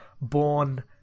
born